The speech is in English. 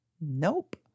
nope